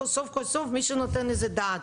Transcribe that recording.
סוף סוף מישהו נותן על זה את הדעת.